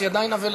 היא עדיין אבלה.